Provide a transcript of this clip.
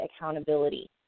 accountability